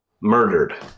murdered